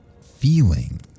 feeling